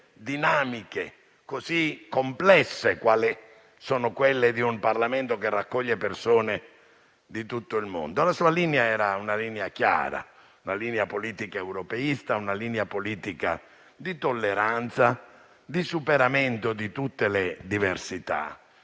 dinamiche, così complesse quali sono quelle di un Parlamento che raccoglie persone di tutto il mondo. La sua linea era una linea chiara: una linea politica europeista; una linea politica di tolleranza, di superamento di tutte le diversità.